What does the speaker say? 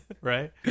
right